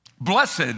Blessed